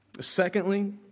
secondly